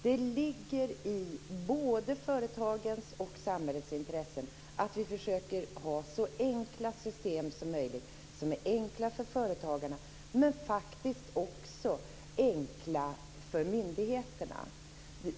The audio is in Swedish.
Det ligger i både företagens och samhällets intresse att vi försöker ha så enkla system som möjligt, som är enkla för företagarna men faktiskt också enkla för myndigheterna.